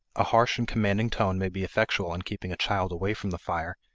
a harsh and commanding tone may be effectual in keeping a child away from the fire,